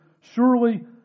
Surely